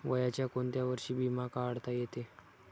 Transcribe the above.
वयाच्या कोंत्या वर्षी बिमा काढता येते?